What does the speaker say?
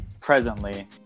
presently